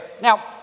Now